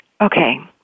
Okay